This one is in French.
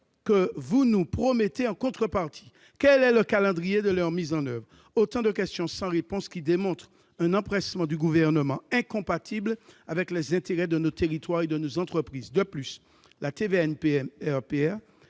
que vous nous promettez en contrepartie ? Quel est le calendrier de leur mise en oeuvre ? Autant de questions sans réponse qui montrent l'empressement du Gouvernement, incompatible avec les intérêts de nos territoires et de nos entreprises. De plus, la TVA NPR